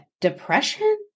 depression